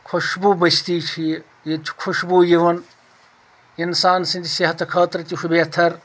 خوشبوٗ بٔستی چھِ یہِ ییٚتہِ چھِ خوشبوٗ یِوان اِنسان سٕنٛدۍ صحتہٕ خٲطرٕ تہِ چھُ بہتر